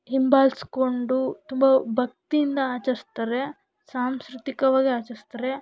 ಹಿಂಬಾಲಿಸಿಕೊಂಡು ತುಂಬ ಭಕ್ತಿಯಿಂದ ಆಚರಿಸ್ತಾರೆ ಸಾಂಸ್ಕೃತಿಕವಾಗಿ ಆಚರಿಸ್ತಾರೆ